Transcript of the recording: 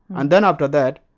and then, after that,